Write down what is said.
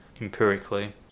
empirically